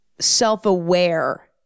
self-aware